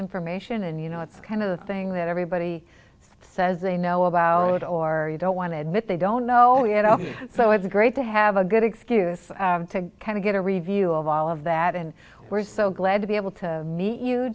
information and you know it's kind of the thing that everybody says they know about or you don't want to admit they don't know you know so it's great to have a good excuse to kind of get a review of all of that and we're so glad to be able to meet you